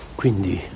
quindi